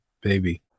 baby